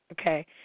Okay